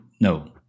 no